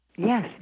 Yes